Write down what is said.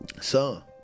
Son